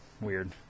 weird